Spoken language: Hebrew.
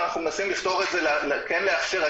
אבל אנחנו מנסים לפתור את זה וכן לאפשר.